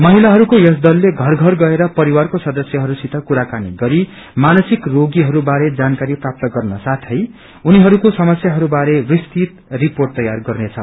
महिलाहरूको यस दलले घर घर गएर परिवारको सदस्यहरूसित कुराकानी गरी मानसिक रोगीहरू बारे जानकारी प्राप्त गर्न साथै उनीहरूको समस्याहरू बारे विस्तृत रिपोर्ट तयार गर्नेछ